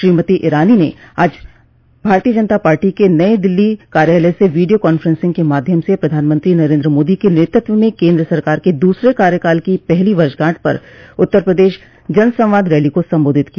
श्रीमती ईरानी ने आज भाजपा के नई दिल्ली कार्यालय से वीडियो कांफ्रेंसिंग के माध्यम से प्रधानमंत्री नरेन्द्र मोदी के नेतृत्व में केन्द्र सरकार के दूसरे कार्यकाल की पहली वर्षगांठ पर उत्तर प्रदेश जनसंवाद रैली को संबोधित किया